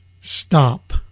stop